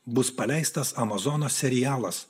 bus paleistas amozono serialas